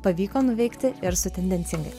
pavyko nuveikti ir su tendencingai